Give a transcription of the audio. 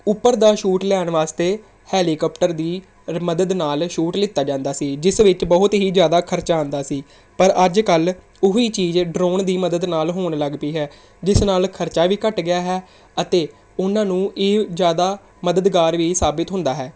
ਉੱਪਰ ਦਾ ਸ਼ੂਟ ਲੈਣ ਵਾਸਤੇ ਹੈਲੀਕਾਪਟਰ ਦੀ ਮਦਦ ਨਾਲ ਸ਼ੂਟ ਲਿੱਤਾ ਜਾਂਦਾ ਸੀ ਜਿਸ ਵਿੱਚ ਬਹੁਤ ਹੀ ਜ਼ਿਆਦਾ ਖਰਚਾ ਆਉਂਦਾ ਸੀ ਪਰ ਅੱਜ ਕੱਲ੍ਹ ਉਹੀ ਚੀਜ਼ ਡਰੋਨ ਦੀ ਮਦਦ ਨਾਲ ਹੋਣ ਲੱਗ ਪਈ ਹੈ ਜਿਸ ਨਾਲ ਖਰਚਾ ਵੀ ਘੱਟ ਗਿਆ ਹੈ ਅਤੇ ਉਹਨਾਂ ਨੂੰ ਇਹ ਜ਼ਿਆਦਾ ਮਦਦਗਾਰ ਵੀ ਸਾਬਿਤ ਹੁੰਦਾ ਹੈ